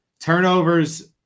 Turnovers